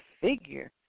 figure